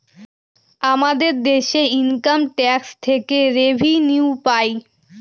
আমাদের দেশে income tax থেকে রেভিনিউ পাই